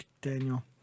Daniel